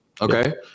okay